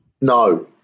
No